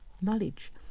knowledge